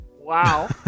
Wow